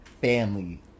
family